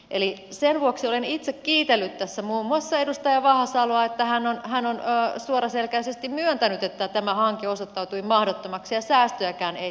eli sen vuoksi olen itse kiitellyt tässä muun muassa edustaja vahasaloa että hän on suoraselkäisesti myöntänyt että tämä hanke osoittautui mahdottomaksi ja säästöjäkään ei tulisi